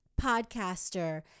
podcaster